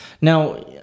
Now